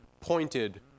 pointed